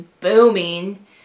booming